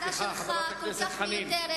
ההערה שלך כל כך מיותרת,